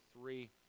three